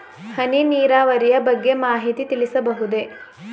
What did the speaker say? ಹನಿ ನೀರಾವರಿಯ ಬಗ್ಗೆ ಮಾಹಿತಿ ತಿಳಿಸಬಹುದೇ?